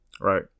right